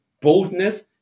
boldness